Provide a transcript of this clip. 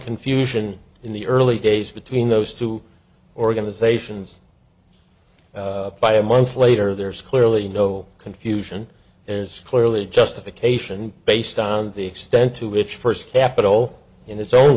confusion in the early days between those two organizations but a month later there is clearly no confusion as clearly justification based on the extent to which first capital in its own